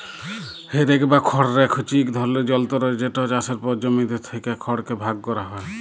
হে rake বা খড় rake হছে ইক ধরলের যলতর যেট চাষের পর জমিতে থ্যাকা খড়কে ভাগ ক্যরা হ্যয়